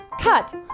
cut